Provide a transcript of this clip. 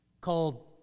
called